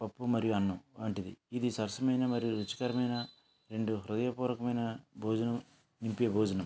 పప్పు మరియు అన్నం వంటిది ఇది సరసమైన మరియు రుచికరమైన రెండు హృదయపూర్వకమైన భోజనం నింపే భోజనం